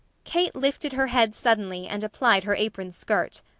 kate lifted her head suddenly, and applied her apron skirt.